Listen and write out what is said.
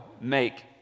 make